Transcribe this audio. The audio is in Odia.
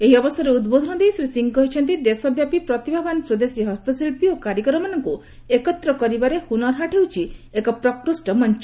ଏହି ଅବସରରେ ଉଦ୍ବୋଧନ ଦେଇ ଶ୍ରୀ ସିଂହ କହିଛନ୍ତି ଦେଶବ୍ୟାପୀ ପ୍ରତିଭାବାନ୍ ସ୍ୱଦେଶୀ ହସ୍ତଶିଳ୍ପୀ ଓ କାରିଗରମାନଙ୍କ ଏକତ୍ର କରିବାରେ ହ୍ରନର୍ ହାଟ୍ ହେଉଛି ଏକ ପ୍ରକୃଷ୍ଟ ମଞ୍ଚ